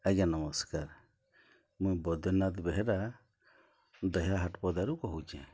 ଆଜ୍ଞା ନମସ୍କାର୍ ମୁଇଁ ବୈଦ୍ୟନାଥ୍ ବେହେରା ଦହିଆ ହାଟ୍ପଦାରୁ କହୁଚେଁ